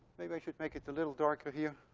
maybe i should make it a little darker here.